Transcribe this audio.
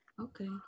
Okay